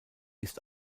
ist